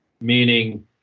meaning